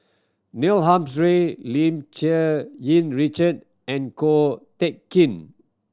Neil Humphrey Lim Cherng Yih Richard and Ko Teck Kin